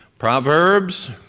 Proverbs